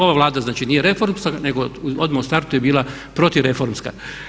Ova Vlada znači nije reformska nego odmah u startu je bila protiv reformska.